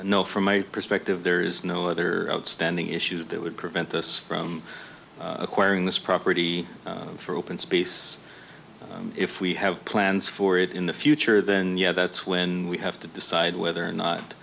know from my perspective there is no other outstanding issues that would prevent us from acquiring this property for open space if we have plans for it in the future then yeah that's when we have to decide whether or not